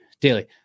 Daily